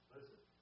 Listen